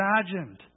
imagined